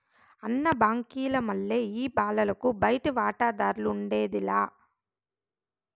అన్న, బాంకీల మల్లె ఈ బాలలకు బయటి వాటాదార్లఉండేది లా